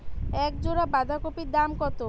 এক জোড়া বাঁধাকপির দাম কত?